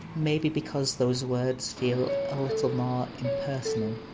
maybe because those words feel a little more impersonal,